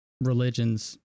religions